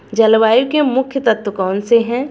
जलवायु के मुख्य तत्व कौनसे हैं?